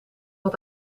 had